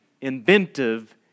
inventive